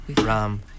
Ram